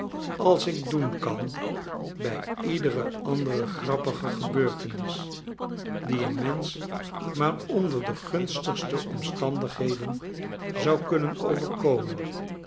als ik doen kan bij iedere andere grappige gebeurtenis die een mensch maar onder de gunstigste omstandigheden zou kunnen overkomen